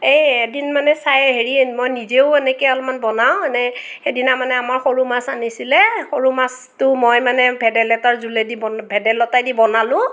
এই এদিন মানে চাই হেৰি মই নিজেও এনেকৈ অলপমান বনাওঁ মানে সেইদিনা মানে আমাৰ সৰু মাছ আনিছিলে সৰু মাছটো মই মানে ভেদাইলতাৰ জোলেদি বনা ভেদাইলতাইদি বনালোঁ